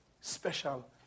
special